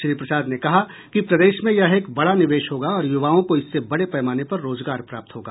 श्री प्रसाद ने कहा कि प्रदेश में यह एक बडा निवेश होगा और युवाओं को इससे बडे पैमाने पर रोजगार प्राप्त होगा